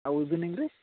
ଆଉ ଇଭିଙ୍ଗ୍ରେ